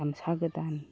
गामसा गोदान